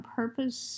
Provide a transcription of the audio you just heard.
purpose